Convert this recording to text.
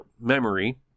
memory